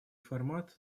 формат